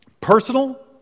Personal